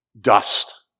dust